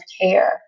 care